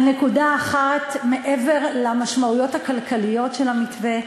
על נקודה אחת מעבר למשמעויות הכלכליות של המתווה,